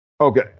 Okay